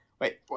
Wait